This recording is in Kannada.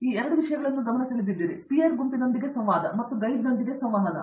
ನೀವು 2 ವಿಷಯಗಳನ್ನು ಗಮನಸೆಳೆದಿದ್ದೀರಿ ಪೀರ್ ಗುಂಪಿನೊಂದಿಗೆ ಸಂವಾದ ಮತ್ತು ಗೈಡ್ನೊಂದಿಗೆ ಸಂವಹನ